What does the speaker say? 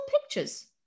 pictures